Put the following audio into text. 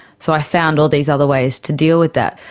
so i found all these other ways to deal with that.